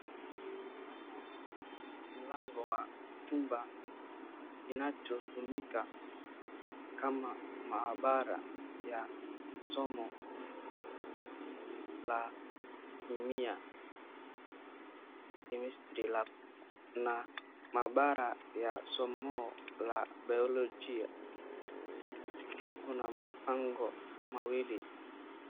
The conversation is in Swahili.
Mlango wa chumba kinachotumika kama maabara ya somo la kemia, CHEMISTRY LAB na maabara ya somo la biolojia. Kuna mabango mawili.